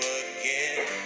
again